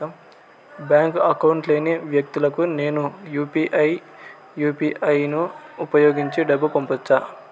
Bank account లేని వ్యక్తులకు నేను యు పి ఐ యు.పి.ఐ ను ఉపయోగించి డబ్బు పంపొచ్చా?